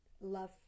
love